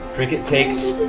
trinket takes